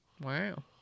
Wow